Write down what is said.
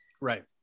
Right